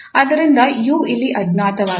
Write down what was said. ಆದ್ದರಿಂದ 𝑢 ಇಲ್ಲಿ ಅಜ್ಞಾತವಾಗಿದೆ